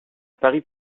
paris